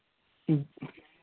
اۭں